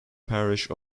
parish